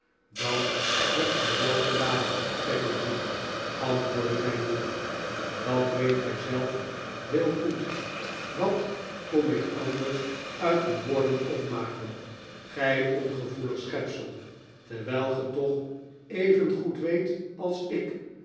dat hebt gij wel gedaan peggotty antwoordde mijn moeder dat weet gij zelf heel goed wat kon ik anders uit uw woorden opmaken gij ongevoelig schepsel terwijl ge toch evengoed weet als ik